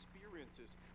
experiences